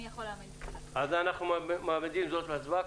אז אנחנו מעמידים זאת להצבעה.